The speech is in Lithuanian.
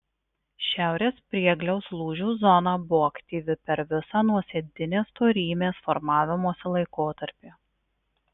šiaurės priegliaus lūžių zona buvo aktyvi per visą nuosėdinės storymės formavimosi laikotarpį